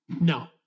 No